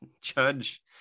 Judge